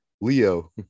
Leo